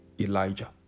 Elijah